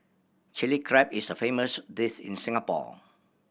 Chilli Crab is a famous dish in Singapore